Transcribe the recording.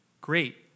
great